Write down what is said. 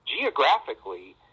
geographically